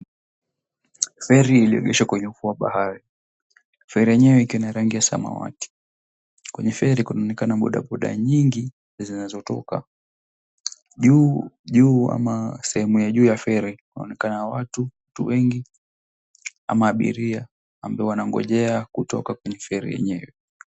Feri iliyoegeshwa kwenye ufuo wa bahari. Feri yenyewe ikiwa na rangi ya samawati. Kwenye feri kunaonekana bodaboda nyingi zinazotoka. Juu juu ama sehemu ya juu ya feri kunaonekana watu watu wengi ama abiria ambao wanangojea kutoka kwenye feri yenyewe.